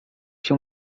się